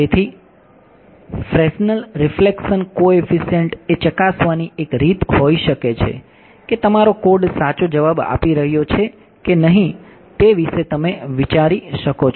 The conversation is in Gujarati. તેથી Fresnel રિફ્લેક્સન કોએફિસિયન્ટ એ ચકાસવાની એક રીત હોઈ શકે છે કે તમારો કોડ સાચો જવાબ આપી રહ્યો છે કે નહીં તે વિશે તમે વિચારી શકો છો